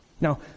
Now